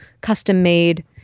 custom-made